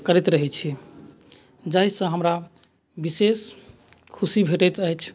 करैत रहैत छी जाहिसँ हमरा विशेष खुशी भेटैत अछि